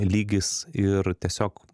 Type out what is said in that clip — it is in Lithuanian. lygis ir tiesiog